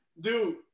dude